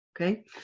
Okay